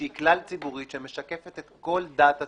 שהיא כלל-ציבורית שמשקפת את כל דעת הציבור,